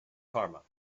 karma